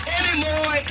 anymore